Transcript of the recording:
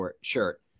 shirt